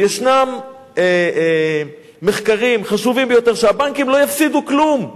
וישנם מחקרים חשובים ביותר שאומרים שהבנקים לא יפסידו כלום,